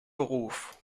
beruf